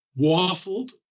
waffled